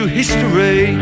history